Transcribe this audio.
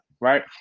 right